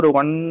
one